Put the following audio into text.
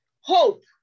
Hope